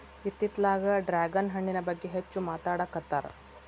ಇತ್ತಿತ್ತಲಾಗ ಡ್ರ್ಯಾಗನ್ ಹಣ್ಣಿನ ಬಗ್ಗೆ ಹೆಚ್ಚು ಮಾತಾಡಾಕತ್ತಾರ